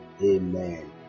Amen